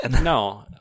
No